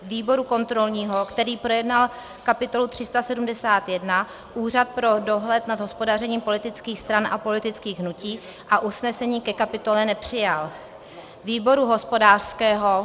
výboru kontrolního, který projednal kapitolu 371 Úřad pro dohled nad hospodařením politických stran a politických hnutí a usnesení ke kapitole nepřijal; výboru hospodářského...